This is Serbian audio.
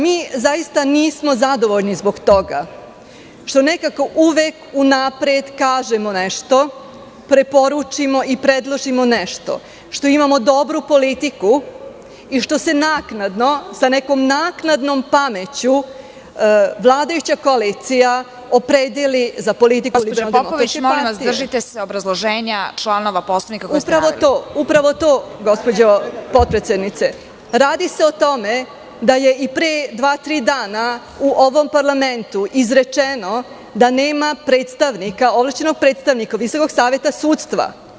Mi zaista nismo zadovoljni zbog toga, što nekako uvek unapred kažemo nešto, preporučimo i predložimo nešto, što imamo dobru politiku, i što se naknadno sa nekom naknadnom pameću, vladajuća koalicija opredeli za politiku …. (Predsedavajuća: Gospođo Popović, molim vas, držite se obrazloženjačlanova Poslovnika koji se naveli.) Upravo to, gospođo potpredsednice, radi se o tome da je i pre dva, tri dana u ovom parlamentu izrečeno da nema ovlašćenog predstavnika Visokog saveta sudstva.